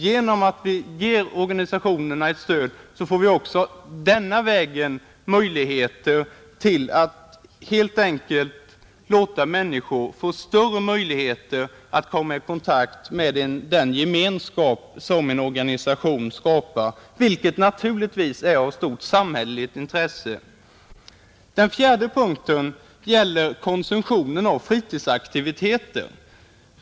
Genom att vi ger organisationerna ett stöd ger vi människor större möjligheter att komma i kontakt med den gemenskap som en organisation skapar, vilket naturligtvis är av stort samhälleligt intresse. Den fjärde punkten gäller konsumtionen av fritidsaktiviteter.